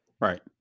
right